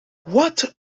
what